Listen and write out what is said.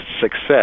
success